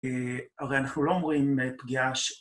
הרי אנחנו לא אומרים פגיעה ש...